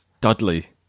dudley